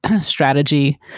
strategy